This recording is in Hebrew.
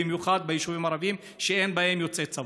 במיוחד ביישובים ערביים שאין בהם יוצאי צבא.